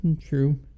true